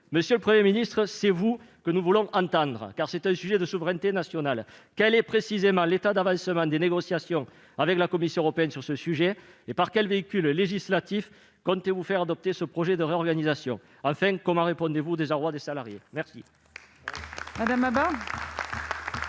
Monsieur le Premier ministre, c'est vous que nous voulons entendre, car c'est un sujet de souveraineté nationale. Quel est, précisément, l'état d'avancement des négociations avec la Commission européenne sur ce sujet ? Au travers de quel véhicule législatif comptez-vous faire adopter ce projet de réorganisation ? Enfin, comment répondez-vous au désarroi des salariés ? La